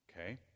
Okay